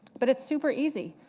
but it's super easy.